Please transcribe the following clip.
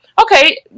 Okay